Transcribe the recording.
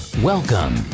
Welcome